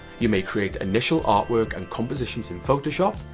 you may create initial artwork and compositions in photoshop,